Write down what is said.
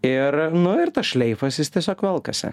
ir nu ir tas šleifas jis tiesiog velkasi